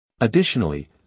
Additionally